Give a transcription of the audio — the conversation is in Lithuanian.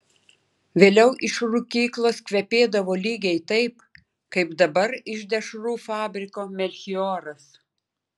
vėliau iš rūkyklos kvepėdavo lygiai taip kaip dabar iš dešrų fabriko melchioras